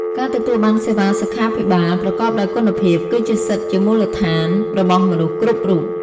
ការទទួលបានសេវាសុខាភិបាលប្រកបដោយគុណភាព គឺជាសិទ្ធិជាមូលដ្ឋានរបស់មនុស្សគ្រប់រូប។